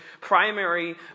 primary